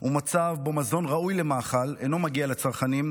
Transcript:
הוא מצב שבו מזון ראוי למאכל אינו מגיע לצרכנים,